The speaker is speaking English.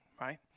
right